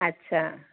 अच्छा